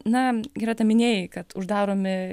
na greta minėjai kad uždaromi